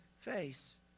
face